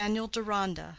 daniel deronda,